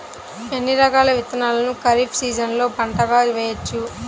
ఎన్ని రకాల విత్తనాలను ఖరీఫ్ సీజన్లో పంటగా వేయచ్చు?